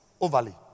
Overly